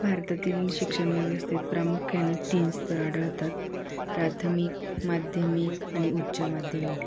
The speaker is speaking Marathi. भारतातील शिक्षण व्यवस्थेत प्रामुख्याने तीन स्तर आढळतात प्राथमिक माध्यमिक आणि उच्च माध्यमिक